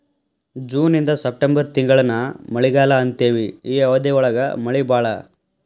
June ಇಂದ September ತಿಂಗಳಾನ ಮಳಿಗಾಲಾ ಅಂತೆವಿ ಈ ಅವಧಿ ಒಳಗ ಮಳಿ ಬಾಳ